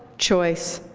choice,